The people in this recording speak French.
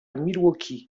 milwaukee